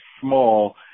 small